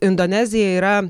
indonezija yra